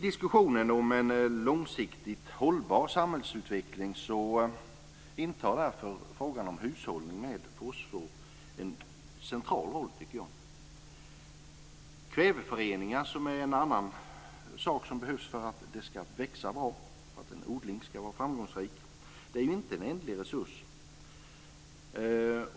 I diskussionen om en långsiktigt hållbar samhällsutveckling intar därför frågan om hushållning med fosfor en central roll, tycker jag. Kväveföreningar, som är en annan sak som behövs för att det ska växa bra och en odling vara framgångsrik, är inte en ändlig resurs.